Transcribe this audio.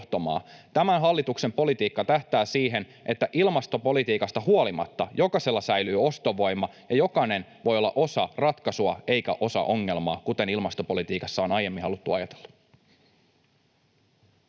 Tämän hallituksen politiikka tähtää siihen, että ilmastopolitiikasta huolimatta jokaisella säilyy ostovoima ja jokainen voi olla osa ratkaisua eikä osa ongelmaa, kuten ilmastopolitiikassa on aiemmin haluttu ajatella.